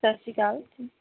ਸਤਿ ਸ਼੍ਰੀ ਅਕਾਲ ਜੀ